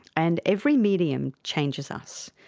and every medium changes us.